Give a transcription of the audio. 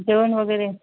जेवण वगैरे